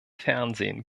fernsehen